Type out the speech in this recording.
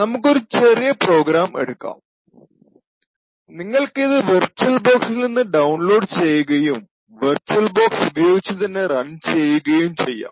നമുക്ക് ഒരു ചെറിയ പ്രോഗ്രാം എടുക്കാം നിങ്ങൾക്കിത് വർച്വൽബോക്സിൽ നിന്ന് ഡൌൺലോഡ് ചെയ്യുകയും വർച്വൽബോക്സ് ഉപയോഗിച്ചു തന്നെ റൺ ചെയ്യുകയും ചെയ്യാം